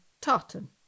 Tartan